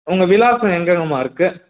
உங்கள் விலாசம் எங்கெங்கம்மா இருக்குது